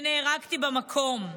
נהרגתי במקום.